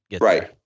Right